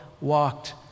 walked